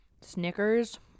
Snickers